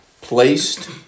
placed